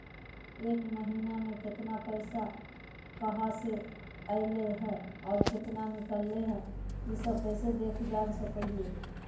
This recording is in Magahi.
एक महीना में केतना पैसा कहा से अयले है और केतना निकले हैं, ई सब कैसे देख जान सको हियय?